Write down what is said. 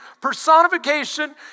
personification